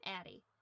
Addie